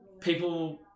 people